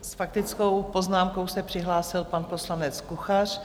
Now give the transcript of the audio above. S faktickou poznámkou se přihlásil pan poslanec Kuchař.